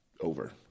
over